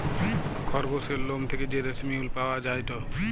খরগোসের লোম থেকে যে রেশমি উল পাওয়া যায়টে